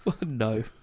No